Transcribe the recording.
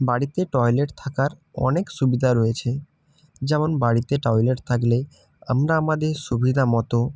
বাড়িতে টয়লেট থাকার অনেক সুবিধা রয়েছে যেমন বাড়িতে টয়লেট থাকলে আমরা আমাদের সুবিধা মতো